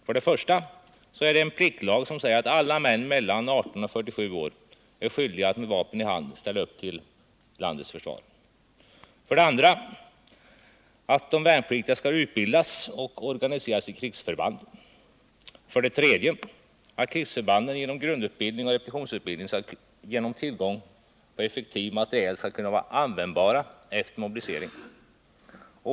För det första har vi en pliktlag som säger att alla män mellan 18 och 47 år är skyldiga att med vapen i hand ställa upp till landets försvar. För det andra skall de värnpliktiga utbildas och organiseras vid krigsförband. För det tredje skall krigsförbanden genom grundutbildning och repetitionsutbildning och genom tillgång till effektiv materiel kunna vara användbara efter mobilisering.